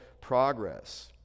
progress